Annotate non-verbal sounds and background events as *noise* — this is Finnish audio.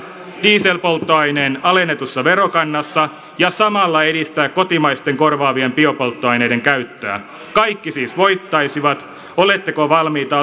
diesel polttoaineen alennetussa verokannassa ja samalla edistää kotimaisten korvaavien biopolttoaineiden käyttöä kaikki siis voittaisivat oletteko valmiita *unintelligible*